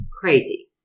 Crazy